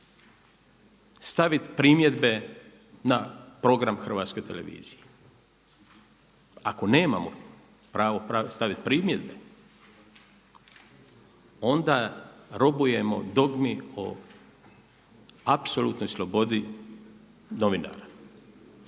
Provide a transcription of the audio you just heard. staviti primjedbe na program HRT-a? Ako nemamo pravo staviti primjedbe onda robujemo dogmi o apsolutnoj slobodi novinara.